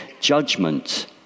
judgment